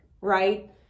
right